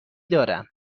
دارم